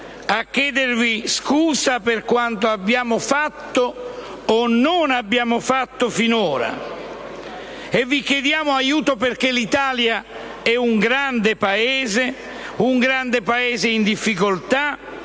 a chiedervi scusa per quanto abbiamo fatto o non abbiamo fatto finora e vi chiediamo aiuto perché l'Italia è un grande Paese, un grande Paese in difficoltà,